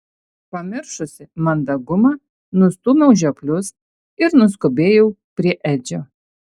pamiršusi mandagumą nustūmiau žioplius ir nuskubėjau prie edžio